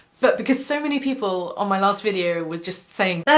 but because so many people on my last video were just saying,